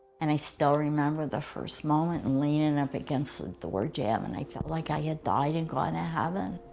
and i still remember the first moment and leaning up against the door jamb and i felt like i had died and gone to heaven.